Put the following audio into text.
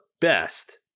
best